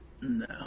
No